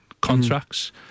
contracts